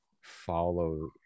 follow